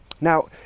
Now